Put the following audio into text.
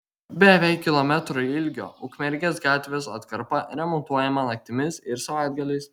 beveik kilometro ilgio ukmergės gatvės atkarpa remontuojama naktimis ir savaitgaliais